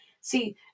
See